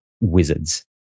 wizards